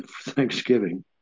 Thanksgiving